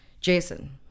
Jason